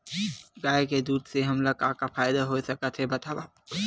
गाय के दूध से हमला का का फ़ायदा हो सकत हे बतावव?